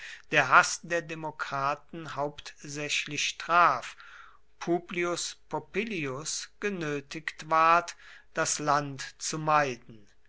der haß der demokraten hauptsächlich traf publius popillius genötigt ward das land zu meiden